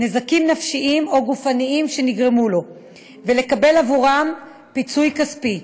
נזקים נפשיים או גופניים שנגרמו לו ולקבל עבורם פיצוי כספי.